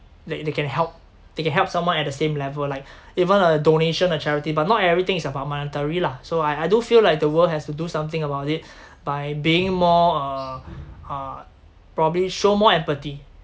that they can help they can help someone at the same level like even a donation a charity but not everything is about monetary lah so I I do feel like the world has to do something about it by being more uh uh probably show more empathy